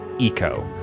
Eco